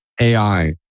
AI